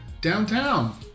Downtown